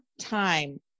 time